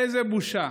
איזו בושה